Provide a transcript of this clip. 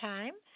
Time